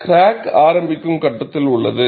crack ஆரம்பிக்கும் கட்டதில் உள்ளது